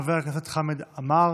חבר הכנסת חמד עמאר,